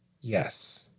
yes